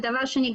ודבר שני,